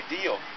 ideal